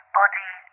body